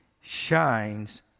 shines